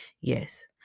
Yes